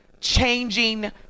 changing